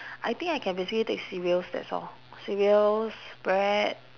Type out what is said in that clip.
I think I can basically take cereals that's all cereals bread